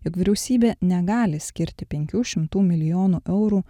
jog vyriausybė negali skirti penkių šimtų milijonų eurų